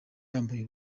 yambaye